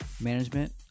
management